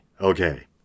Okay